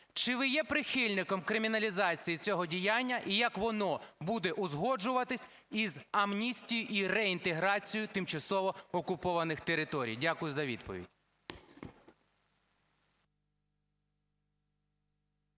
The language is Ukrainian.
Чи ви є прихильником криміналізації цього діяння, і як воно буде узгоджуватися із амністією і реінтеграцією тимчасово окупованих територій? Дякую за відповідь.